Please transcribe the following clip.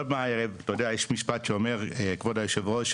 יש משפט שאומר כבוד יושב הראש,